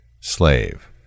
Slave